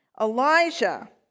Elijah